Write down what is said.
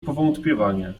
powątpiewanie